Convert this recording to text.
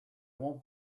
won’t